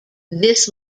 this